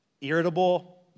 irritable